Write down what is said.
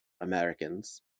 Americans